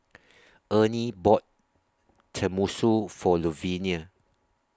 Ernie bought Tenmusu For Louvenia